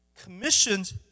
commissioned